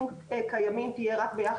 למה לתת להם את הכלים לא לשלם?